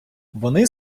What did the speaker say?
вони